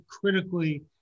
critically